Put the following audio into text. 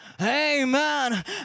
Amen